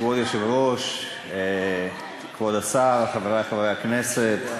כבוד היושב-ראש, כבוד השר, חברי חברי הכנסת,